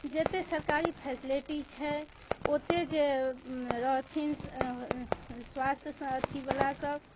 जतेक सरकारी फैसिलिटी छै ओतेक जे रहथिन स्वास्थयसे अथीवला सभ